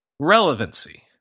Relevancy